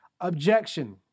Objection